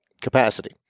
capacity